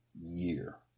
year